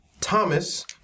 Thomas